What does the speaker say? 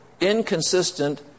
inconsistent